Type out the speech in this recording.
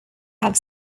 have